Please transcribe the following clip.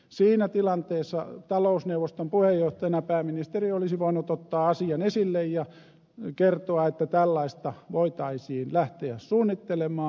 siinä tilanteessa talousneuvoston puheenjohtajana pääministeri olisi voinut ottaa asian esille ja kertoa että tällaista voitaisiin lähteä suunnittelemaan